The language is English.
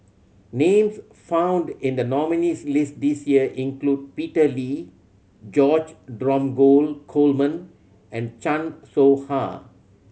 names found in the nominees' list this year include Peter Lee George Dromgold Coleman and Chan Soh Ha